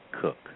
Cook